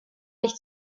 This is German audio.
nicht